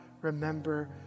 remember